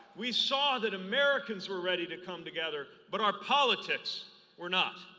we saw that americans were ready to come together but our politics were not.